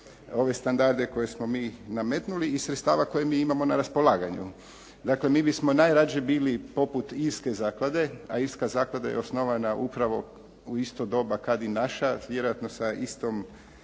ove standarde koje smo mi nametnuli i sredstava koje mi imamo na raspolaganju. Dakle, mi bismo najradije bili poput irske zaklade, a irska zaklada je osnovana upravo u isto doba kad i naša, vjerojatno sa istom